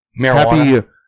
Marijuana